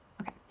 Okay